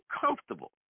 comfortable